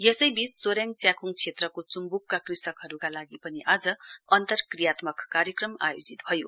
यसैबीच सोरेङ च्याख्ङ क्षेत्रको च्म्ब्डका कृषकहरूका लागि पनि आज अन्तरक्रियात्मक कार्यक्रम आयोजित भयो